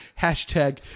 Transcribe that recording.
#Hashtag